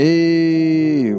Hey